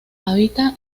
habita